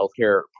healthcare